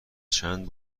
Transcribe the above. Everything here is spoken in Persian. چند